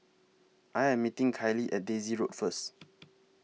I Am meeting Kiley At Daisy Road First